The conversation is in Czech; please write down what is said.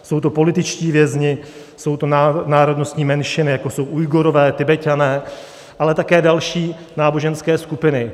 Jsou to političtí vězni, jsou to národnostní menšiny, jako jsou Ujgurové, Tibeťané, ale také další náboženské skupiny.